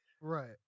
Right